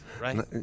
right